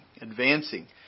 advancing